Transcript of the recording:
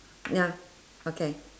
ya okay